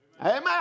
Amen